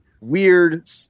weird